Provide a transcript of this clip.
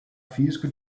físico